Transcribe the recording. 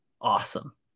awesome